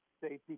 safety